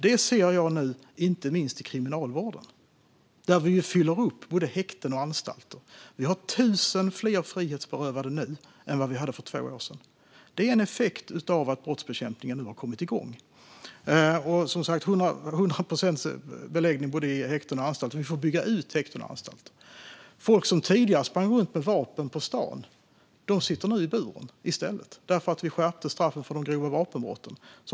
Detta ser jag nu, inte minst i kriminalvården, där vi fyller upp både häkten och anstalter. Vi har 1 000 fler frihetsberövade nu än vad vi hade för två år sedan. Detta är en effekt av att brottsbekämpningen har kommit igång. Vi har 100 procents beläggning både i häkten och på anstalter, och vi får bygga ut dem. Folk som tidigare sprang runt med vapen på stan sitter nu i stället i buren därför att vi skärpte straffen för de grova vapenbrotten.